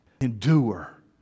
Endure